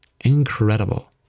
Incredible